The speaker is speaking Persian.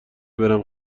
برم